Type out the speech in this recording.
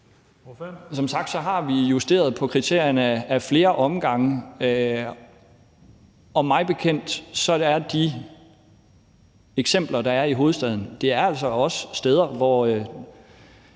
Som sagt har vi justeret på kriterierne ad flere omgange, og mig bekendt drejer de eksempler, der er i hovedstaden, sig altså også om steder, hvor